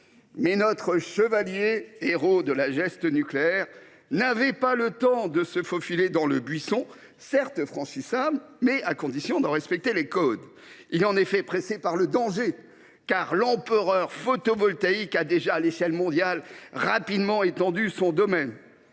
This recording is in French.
Mais notre chevalier, héros de la geste nucléaire, n’a pas le temps de se faufiler dans le buisson, certes franchissable, mais à condition d’en respecter les codes. Il est en effet pressé par le danger, car l’empereur Photovoltaïque a déjà, à l’échelle mondiale, rapidement étendu son domaine